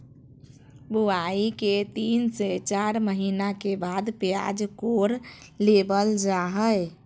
बुआई के तीन से चार महीना के बाद प्याज कोड़ लेबल जा हय